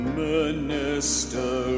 minister